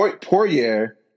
Poirier